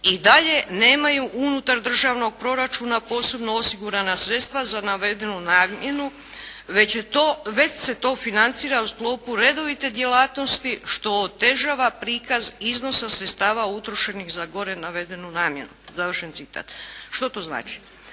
i dalje nemaju unutar državnog proračuna posebno osigurana sredstva za navedenu namjenu već se to financira u sklopu redovite djelatnosti što otežava prikaz iznosa sredstava utrošenih za gore navedenu namjenu" završen citat. Što to znači?